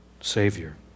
Savior